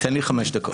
תן לי חמש דקות.